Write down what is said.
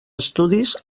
estudis